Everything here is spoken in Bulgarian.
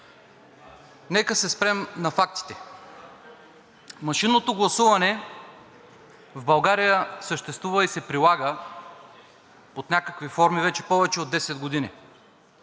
Нека се спрем на фактите. Машинното гласуване в България съществува и се прилага под някакви форми вече повече от десет години.